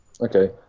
Okay